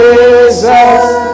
Jesus